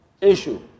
issue